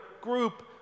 group